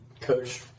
coach